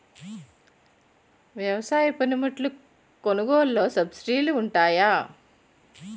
వ్యవసాయ పనిముట్లు కొనుగోలు లొ సబ్సిడీ లు వుంటాయా?